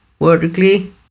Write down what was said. vertically